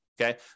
okay